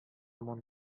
томан